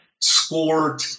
scored